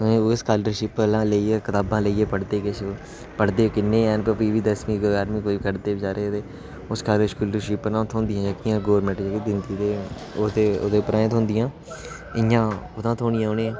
ओऐ स्कालरशिप लेइयै कताबां लेइयै पढ़दे किश पढ़दे किन्ने गै हैन फ्ही बी दसमीं जारमीं करदे बचैरे स्कालर स्कालरशिप नां थ्होंदी जेह्कियां गवर्नमेंट जेह्की दिंदी ओह्दे उप्परा गै थ्होंदियां इयां कियां थ्होनियां उ'नेंगी